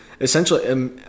essentially